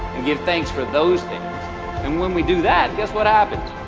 and give thanks for those things and when we do that guess what happens?